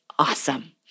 awesome